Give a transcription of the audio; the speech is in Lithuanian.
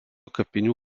kapinių